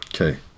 Okay